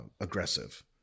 aggressive